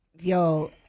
Yo